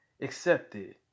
accepted